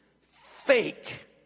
fake